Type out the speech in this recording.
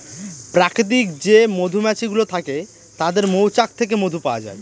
প্রাকৃতিক যে মধুমাছি গুলো থাকে তাদের মৌচাক থেকে মধু পাওয়া যায়